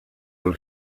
will